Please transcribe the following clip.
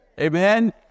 Amen